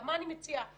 מה אני מציעה?